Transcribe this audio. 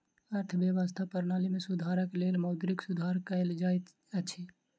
अर्थव्यवस्था प्रणाली में सुधारक लेल मौद्रिक सुधार कयल जाइत अछि